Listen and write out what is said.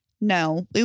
No